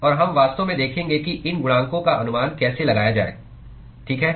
और हम वास्तव में देखेंगे कि इन गुणांकों का अनुमान कैसे लगाया जाए ठीक है